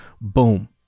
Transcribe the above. Boom